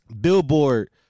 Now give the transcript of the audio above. billboard